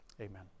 Amen